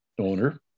owner